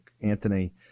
anthony